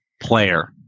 player